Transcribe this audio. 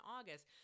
August